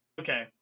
Okay